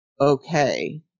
okay